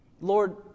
Lord